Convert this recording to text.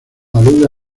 alude